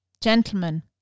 Gentlemen